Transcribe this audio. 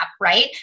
right